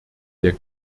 der